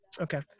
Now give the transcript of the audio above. okay